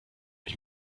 ich